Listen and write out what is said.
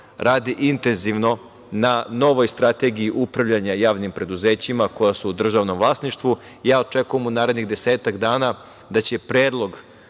radi intenzivno na novoj strategiji upravljanja javnim preduzećima koja su u državnom vlasništvu. Ja očekujem u narednih desetak dana da će predlog